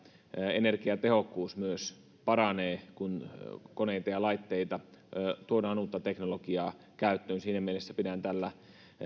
energiatehokkuus myös paranee kun uusia koneita ja laitteita ja teknologiaa tuodaan käyttöön siinä mielessä tällä